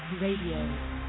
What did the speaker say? Radio